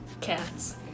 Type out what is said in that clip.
Cats